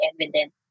evident